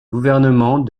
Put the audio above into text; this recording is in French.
gouvernement